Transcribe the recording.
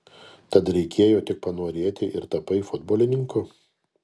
tad reikėjo tik panorėti ir tapai futbolininku